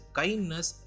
kindness